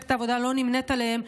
שמפלגת העבודה לא נמנית עימם,